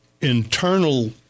internal